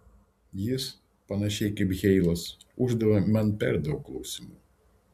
jis panašiai kaip heilas uždavė man per daug klausimų